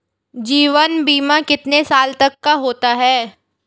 जीवन बीमा कितने साल तक का होता है?